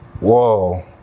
whoa